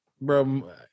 bro